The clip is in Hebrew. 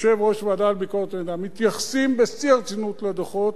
יושב-ראש ועדת ביקורת המדינה: מתייחסים בשיא הרצינות לדוחות.